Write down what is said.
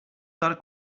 tard